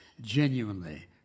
genuinely